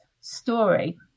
story